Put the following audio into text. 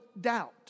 doubt